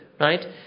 right